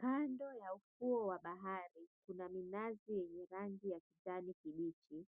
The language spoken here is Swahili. Kando ya ufuo wa bahari kuna minazi ya kijani kibichi